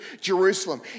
Jerusalem